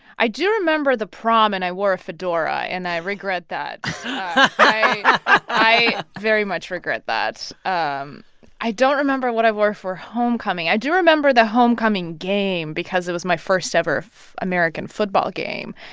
i do remember the prom, and i wore a fedora. and i regret that i i very much regret that. um i don't remember what i wore for homecoming. i do remember the homecoming game because it was my first ever american football game.